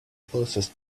closest